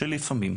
שלפעמים,